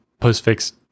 postfix